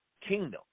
kingdom